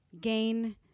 gain